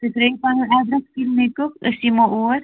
تُہۍ ترٲیِو پَنُن ایٚڈرس کلنکُک أسۍ یِمو اور